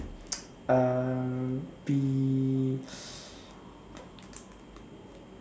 uh be